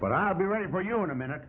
but i'll be ready for you in a minute